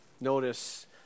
Notice